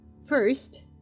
First